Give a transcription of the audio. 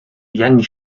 yang